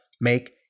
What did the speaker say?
make